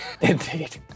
indeed